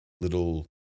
little